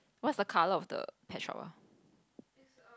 what's the color of the pet shop ah